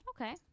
Okay